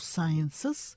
Sciences